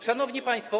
Szanowni Państwo!